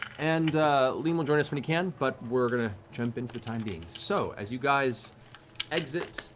and liam will join us when he can. but we're going to jump in for the time being. so, as you guys exit